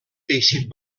teixit